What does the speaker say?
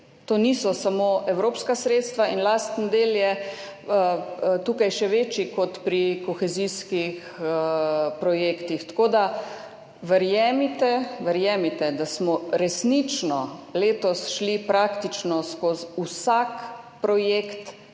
To niso samo evropska sredstva. Lastni del je tukaj še večji kot pri kohezijskih projektih. Tako da verjemite, verjemite, da smo resnično letos šli praktično skozi vsak projekt,